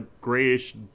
grayish